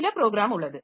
சில ப்ரோக்ராம் உள்ளது